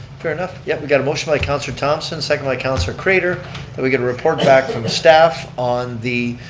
fair enough. yeah, we got a motion by councilor thomson, seconded by councilor craitor that we get a report back from staff on the